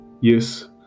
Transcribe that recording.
Yes